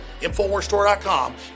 InfoWarsStore.com